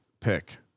pick